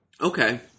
Okay